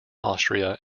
austria